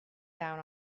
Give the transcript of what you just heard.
down